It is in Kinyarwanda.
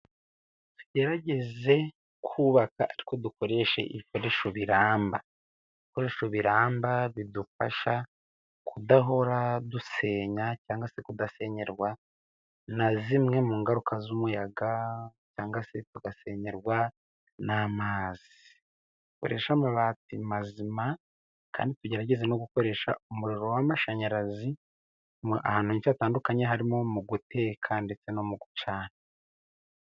Tugerageze kubaka ariko dukoreshe ibikoresho biramba. Ibikoresho biramba bidufasha kudahora dusenya, cyangwa se kudasenyerwa na zimwe mu ngaruka z'umuyaga ,cyangwa se tugasenyerwa n'amazi. Dukoreshe amabati mazima kandi tugerageze no gukoresha umuriro w'amashanyarazi, ahantu heshi hatandukanye harimo mu guteka ndetse no mu gucana.